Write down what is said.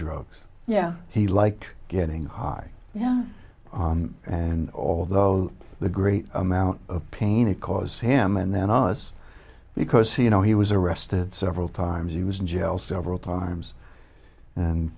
drugs yeah he liked getting high yeah and although the great amount of pain it caused him and then all this because he you know he was arrested several times he was in jail several times and